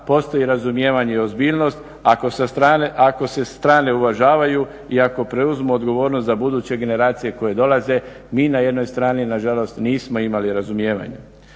postoji razumijevanje i ozbiljnost, ako se strane uvažaju i ako preuzmu odgovornost za buduće generacije koje dolaze. Mi na jednoj strani na žalost nismo imali razumijevanje.